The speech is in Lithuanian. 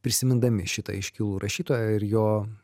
prisimindami šitą iškilų rašytoją ir jo